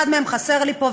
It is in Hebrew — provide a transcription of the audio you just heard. אחד מהם חסר לי פה,